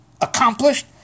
accomplished